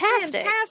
fantastic